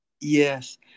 Yes